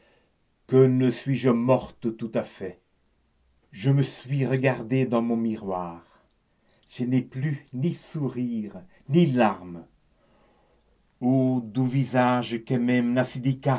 que ne suis-je morte tout à fait je me suis regardée dans mon miroir je n'ai plus ni sourire ni larmes ô doux visage